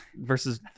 versus